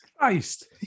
Christ